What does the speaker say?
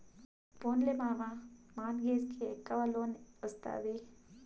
పోన్లే మావా, mortgage కి ఎక్కవ లోన్ ఒస్తాది